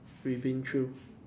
we been through